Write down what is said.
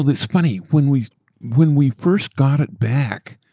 it's funny, when we when we first got it back,